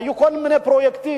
היו כל מיני פרויקטים,